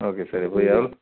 okay sir இப்போ எவ்வளோ